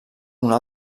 una